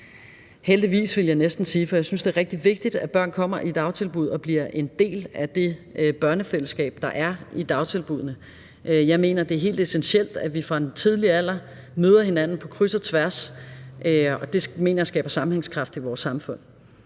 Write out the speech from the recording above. heldigvis, vil jeg næsten sige, for jeg synes, det er rigtig vigtigt, at børn kommer i dagtilbud og bliver en del af det børnefællesskab, der er i dagtilbuddene. Jeg mener, det er helt essentielt, at vi fra en tidlig alder møder hinanden på kryds og tværs, og det mener jeg skaber sammenhængskraft i vores samfund.